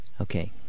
okay